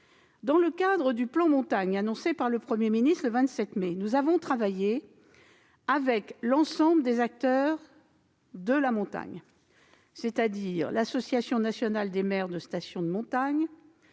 Dans le cadre du plan Avenir montagnes annoncé par le Premier ministre le 27 mai, nous avons travaillé avec l'ensemble des acteurs concernés, c'est-à-dire l'Association nationale des maires des stations de montagne